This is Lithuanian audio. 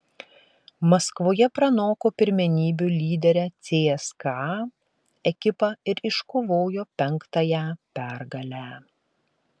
maskvoje pranoko pirmenybių lyderę cska ekipą ir iškovojo penktąją pergalę